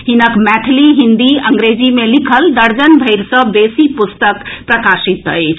हिनक मैथिली हिन्दी आ अंग्रेजी मे लिखल दर्जन भरि सॅ बेसी पुस्तक प्रकाशित अछि